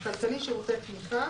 כללי, שירותי תמיכה.